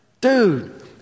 dude